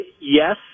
yes